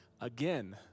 again